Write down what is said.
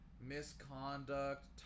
misconduct